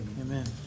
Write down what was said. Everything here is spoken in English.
Amen